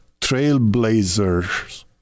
trailblazers